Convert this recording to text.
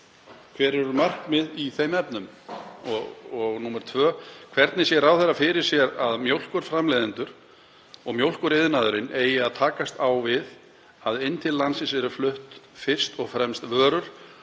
hver eru markmiðin í þeim efnum? 2. Hvernig sér ráðherra fyrir sér að mjólkurframleiðendur og mjólkuriðnaðurinn eigi að takast á við að inn til landsins séu fluttar fyrst og fremst vörur